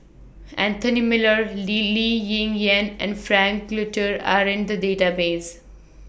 Anthony Miller Lee Ling Yen and Frank Cloutier Are in The Database